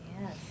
Yes